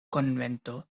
convento